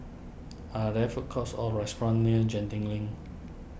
are there food courts or restaurants near Genting Link